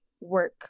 work